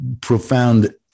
profound